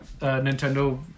Nintendo